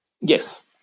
Yes